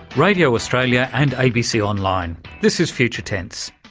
radio australia and abc online this is future tense,